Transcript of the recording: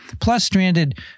plus-stranded